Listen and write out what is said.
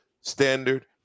Standard